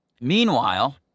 Meanwhile